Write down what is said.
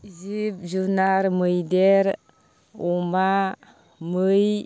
जिब जुनार मैदेर अमा मै